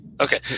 Okay